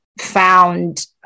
found